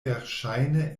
verŝajne